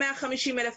150,000,